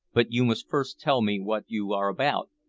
but you must first tell me what you are about,